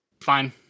fine